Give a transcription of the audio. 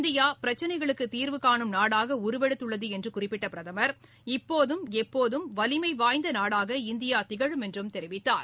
India பிரச்சினைகளுக்கு தீர்வு காணும் நாடாக உருவெடுத்துள்ளது என்று குறிப்பிட்ட பிரதமர் இப்போதும் எப்போதும் வலிமைவாய்ந்த நாடாக இந்தியா திகழும் என்றும் தெரிவித்தார்